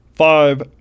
Five